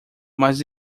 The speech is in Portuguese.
mas